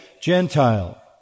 Gentile